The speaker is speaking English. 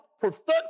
perfect